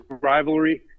rivalry